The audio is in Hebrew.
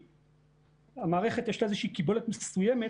המערכת, יש לה קיבולת מסוימת